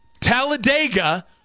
Talladega